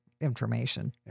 information